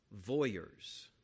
voyeurs